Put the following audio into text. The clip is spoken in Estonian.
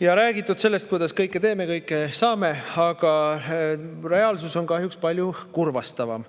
ja räägitud sellest, kuidas me kõike teeme, kõike saame, aga reaalsus on kahjuks palju kurvastavam.